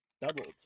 Doubled